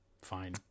Fine